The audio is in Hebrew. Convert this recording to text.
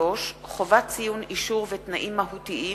3) (חובת ציון אישור ותנאים מהותיים),